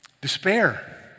Despair